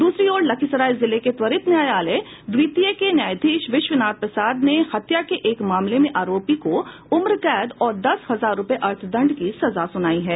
दूसरी ओर लखीसराय जिले के त्वरित न्यायालय द्वितीय के न्यायाधीश विश्वनाथ प्रसाद ने हत्या के एक मामले में आरोपी को उम्रकैद और दस हजार रूपये अर्थदंड की सजा सुनायी है